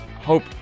Hope